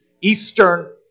eastern